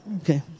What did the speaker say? Okay